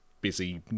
busy